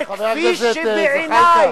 אומר: "כפי שבעיני".